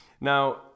Now